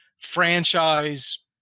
franchise